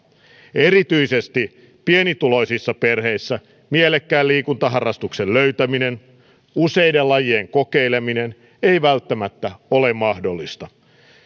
erityisesti pienituloisissa perheissä mielekkään liikuntaharrastuksen löytäminen useiden lajien kokeileminen ei välttämättä ole mahdollista